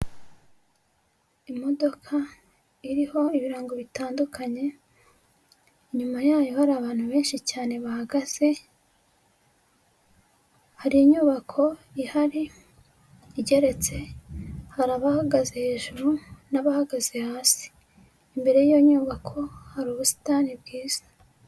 Imodoka iriho ibirango bitandukanye, inyuma yayo hari abantu benshi cyane bahagaze; hari inyubako ihari igeretse, hari abahagaze hejuru n'abahagaze hasi, imbere y'iyo nyubako hari ubusitani bwiza.